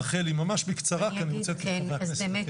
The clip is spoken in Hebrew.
רחלי, ממש בקצרה כי אני רוצה לתת לחברי הכנסת.